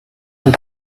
and